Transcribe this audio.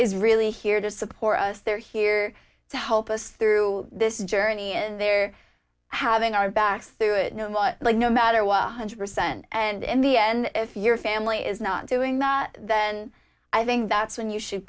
is really here to support us they're here to help us through this journey and they're having our backs through it know what like no matter one hundred percent and in the end if your family is not doing that than i think that's when you should